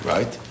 Right